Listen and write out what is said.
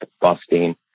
busting